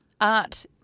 Art